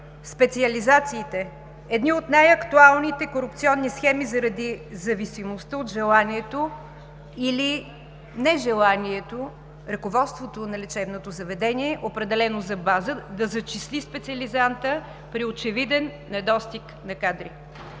специализациите – едни от най-актуалните корупционни схеми заради зависимостта от желанието или нежеланието на ръководството на лечебното заведение – определено за база, да зачисли специализанта при очевиден недостиг на кадри.